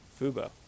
Fubo